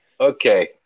Okay